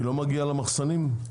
היא לא מגיעה למחסנים?